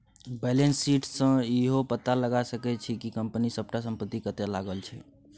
balance sheet सँ इहो पता लगा सकै छी कि कंपनी सबटा संपत्ति कतय लागल छै